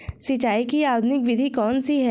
सिंचाई की आधुनिक विधि कौन सी है?